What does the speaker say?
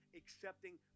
accepting